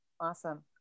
Awesome